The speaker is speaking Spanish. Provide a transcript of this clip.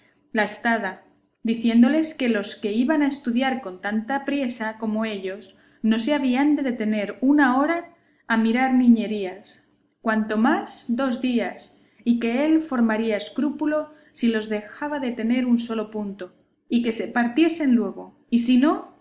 estada diciéndoles que los que iban a estudiar con tanta priesa como ellos no se habían de detener una hora a mirar niñerías cuanto más dos días y que él formaría escrúpulo si los dejaba detener un solo punto y que se partiesen luego y si no